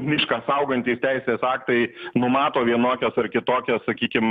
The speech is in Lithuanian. mišką saugantys teisės aktai numato vienokias ar kitokias sakykim